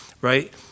right